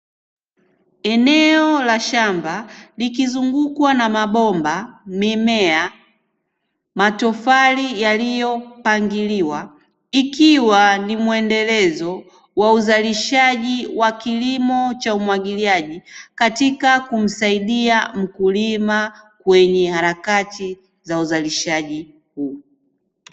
Eneo la shamba likizungukwa na mabomba, mimea, matofali yaliyo pangiliwa, ikiwa ni mwendelezo wa uzalishaji wa kilimo cha umwagiliaji katika kumsaidia mkulima kwenye harakati za uzalishaji huu.